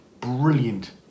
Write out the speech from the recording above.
brilliant